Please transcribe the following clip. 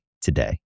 today